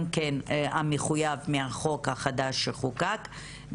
המחויב מהחוק החדש שחוקק,